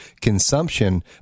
consumption